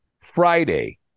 Friday